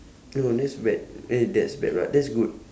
oh that's bad eh that's bad what that's good